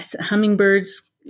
hummingbirds